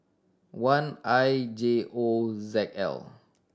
one I J O Z L